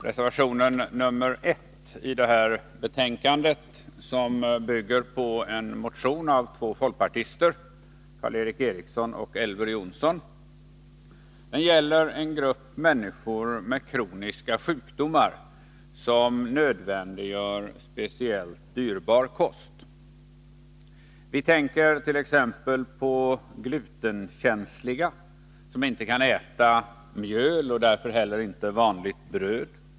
Herr talman! Reservationen 1 i betänkandet bygger på en motion av två folkpartister, Karl Erik Eriksson och Elver Jonsson, och gäller en grupp människor med kroniska sjukdomar, som nödvändiggör speciellt dyrbar kost. Vi tänkert.ex. på glutenkänsliga, som inte kan äta mjöl och därför inte heller vanligt bröd.